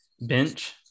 bench